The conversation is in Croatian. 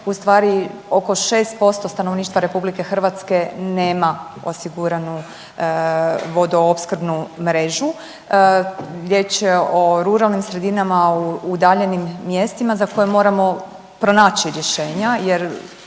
ustvari oko 6% stanovništva RH nema osiguranu vodoopskrbu mrežu, riječ je o ruralnim sredinama, o udaljenim mjestima za koje moramo pronaći rješenja jer